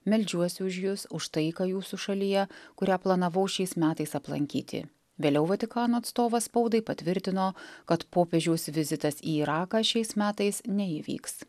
meldžiuosi už jus už taiką jūsų šalyje kurią planavau šiais metais aplankyti vėliau vatikano atstovas spaudai patvirtino kad popiežiaus vizitas į iraką šiais metais neįvyks